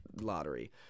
lottery